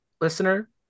listener